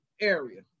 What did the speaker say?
area